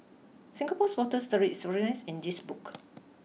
Singapore's water story is in this book